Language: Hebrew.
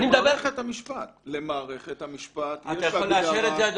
למערכת המשפט יש הגדרה.